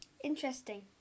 Interesting